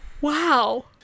Wow